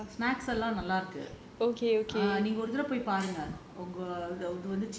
ரொம்ப இருக்கு எல்லாம் நல்லா இருக்கு நீங்க வேணும்னா போய் பாருங்க:romba irukku ellaam nallaa irukku neenga venumnaa poi paarunga